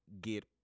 get